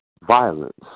violence